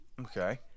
Okay